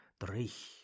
Drich